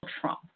Trump